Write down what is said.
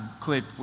clip